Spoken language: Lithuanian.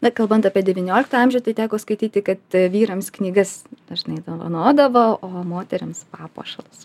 na kalbant apie devynioliktą amžių tai teko skaityti kad vyrams knygas dažnai dovanodavo o moterims papuošalus